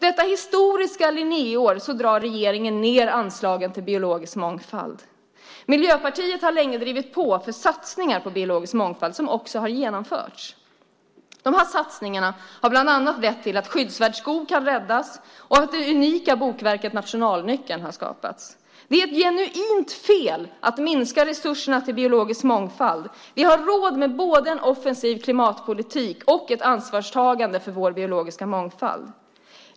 Detta historiska Linnéår drar regeringen ned anslaget till biologisk mångfald. Miljöpartiet har länge drivit på för satsningar på biologisk mångfald, som också har genomförts. De här satsningarna har bland annat lett till att skyddsvärd skog kan räddas och att det unika bokverket Nationalnyckeln har skapats. Det är genuint fel att minska resurserna till biologisk mångfald. Vi har råd med både en offensiv klimatpolitik och ett ansvarstagande för vår biologiska mångfald.